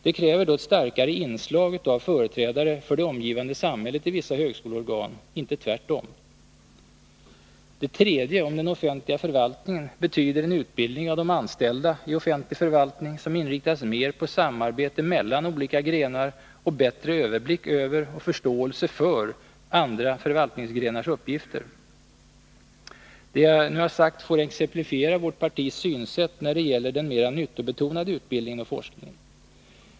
Det kräver då ett starkare inslag av företrädare för det omgivande samhället i vissa högskoleorgan, inte tvärtom. Det tredje, om den offentliga förvaltningen, betyder en utbildning av de anställda i offentlig förvaltning, som inriktas mer på samarbete mellan olika grenar och på bättre överblick över och förståelse för andra förvaltningsgrenars uppgifter. Det jag nu har sagt får exemplifiera vårt partis synsätt när det gäller den mera nyttobetonade utbildningen och forskningen.